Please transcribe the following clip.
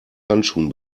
handschuhen